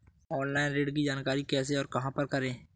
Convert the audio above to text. Online ऋण की जानकारी कैसे और कहां पर करें?